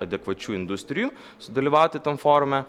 adekvačių industrijų sudalyvauti tam forume